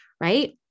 right